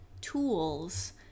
tools